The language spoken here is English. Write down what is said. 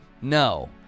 No